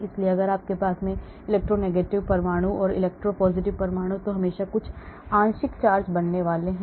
इसलिए अगर आपके पास इलेक्ट्रोनगेटिव परमाणु और इलेक्ट्रोपोसिटिव परमाणु हैं तो हमेशा कुछ आंशिक चार्ज बनने वाले हैं